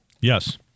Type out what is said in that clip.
Yes